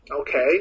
Okay